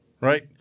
Right